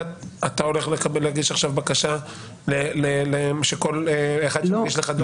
אתה הולך להגיש עכשיו בקשה שכל אחד יגיש לך דו"ח?